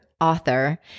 author